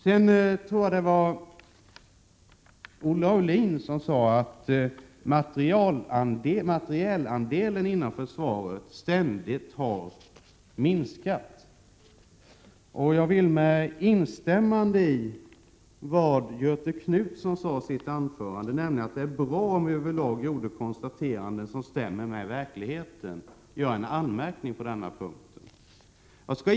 Jag tror att det var Olle Aulin som sade att andelen för materielanskaffning inom försvaret ständigt har minskat. Jag vill med instämmande i vad Göthe Knutson sade — att det är bra om vi över lag gör konstateranden som stämmer med verkligheten — komma med en anmärkning på den här punkten.